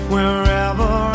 Wherever